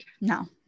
no